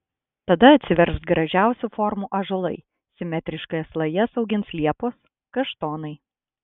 tada atsivers gražiausių formų ąžuolai simetriškas lajas augins liepos kaštonai